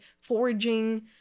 foraging